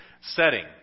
setting